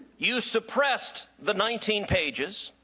you supressed the nineteen pages